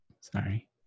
Sorry